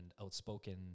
outspoken